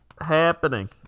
happening